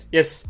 Yes